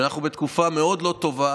אנחנו בתקופה מאוד לא טובה